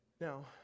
Now